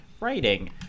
writing